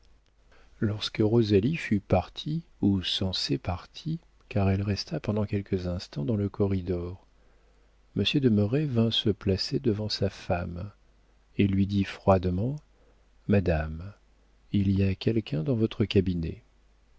rosalie fut partie ou censée partie car elle resta pendant quelques instants dans le corridor monsieur de merret vint se placer devant sa femme et lui dit froidement madame il y a quelqu'un dans votre cabinet